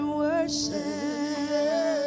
worship